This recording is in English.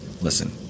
Listen